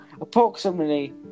approximately